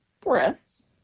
breaths